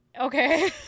Okay